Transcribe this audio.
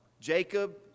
Jacob